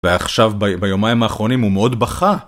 ועכשיו ביומיים האחרונים הוא מאוד בכה